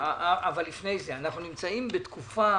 לפני זה, אנחנו נמצאים בתקופה